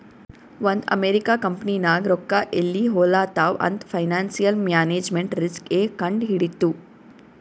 ಒಂದ್ ಅಮೆರಿಕಾ ಕಂಪನಿನಾಗ್ ರೊಕ್ಕಾ ಎಲ್ಲಿ ಹೊಲಾತ್ತಾವ್ ಅಂತ್ ಫೈನಾನ್ಸಿಯಲ್ ಮ್ಯಾನೇಜ್ಮೆಂಟ್ ರಿಸ್ಕ್ ಎ ಕಂಡ್ ಹಿಡಿತ್ತು